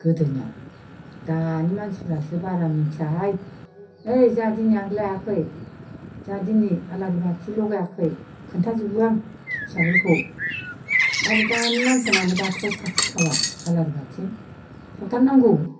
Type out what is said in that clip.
गोदोनिया दानि मानसिफोरासो बारा मिथियाहाय ओइ जोंहा दिनै आग्लायाखै जोंहा दिनै आलारि बाथि लागायाखै खिन्थाजोबो आं फिसाफोरखौ आरो दानि मानसिया मानो बाथौआव साथि सावा आलारि बाथि सावथारनांगौ